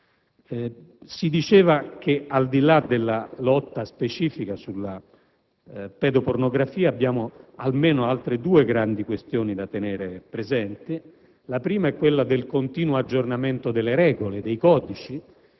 Si è affermato che, al di là della lotta specifica alla pedopornografia, abbiamo almeno altre due grandi questioni da tenere presente: la prima è quella del continuo aggiornamento delle regole e dei codici;